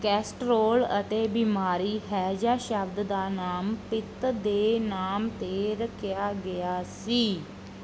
Castrol ਅਤੇ ਬਿਮਾਰੀ ਹੈਜ਼ਾ ਸ਼ਬਦ ਦਾ ਨਾਮ ਪਿੱਤ ਦੇ ਨਾਮ 'ਤੇ ਰੱਖਿਆ ਗਿਆ ਸੀ